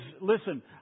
listen